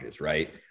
right